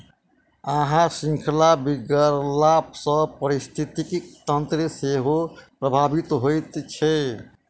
आहार शृंखला बिगड़ला सॅ पारिस्थितिकी तंत्र सेहो प्रभावित होइत छै